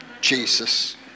Jesus